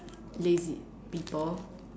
lazy people